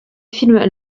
films